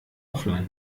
offline